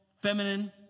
feminine